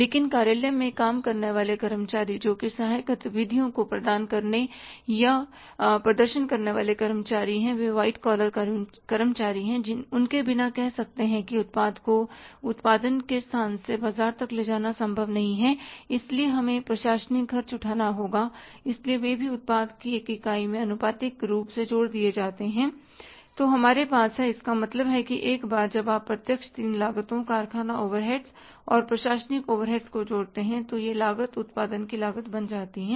लेकिन कार्यालय में काम करने वाले कर्मचारी जोकि सहायक गतिविधियों को प्रदान करने या प्रदर्शन करने वाले कर्मचारी हैं वे व्हाइट कॉलर कर्मचारी हैं उनके बिना कह सकते हैं कि उत्पाद को उत्पादन के स्थान से बाजार तक ले जाना संभव नहीं है इसलिए हमें प्रशासनिक खर्च उठाना होगा इसलिए वे भी उत्पाद की एक इकाई में आनुपातिक रूप से जोड़ दिए जाते हैं तो हमारे पास है तो इसका मतलब है कि एक बार जब आप प्रत्यक्ष तीन लागते कारखाना ओवरहेड और प्रशासनिक ओवरहेडजोड़ते हैं तो यह लागत उत्पादन की लागत बन जाती है